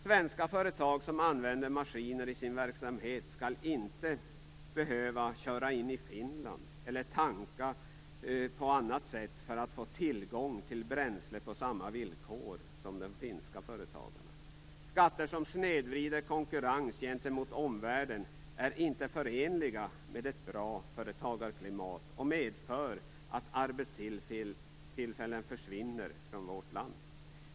Svenska företag som använder maskiner i sin verksamhet skall inte behöva köra in i Finland eller tanka på annat sätt för att få tillgång till bränsle på samma villkor som de finska företagarna. Skatter som snedvrider konkurrens gentemot omvärlden är inte förenliga med ett bra företagarklimat. De medför att arbetstillfällen försvinner från vårt land.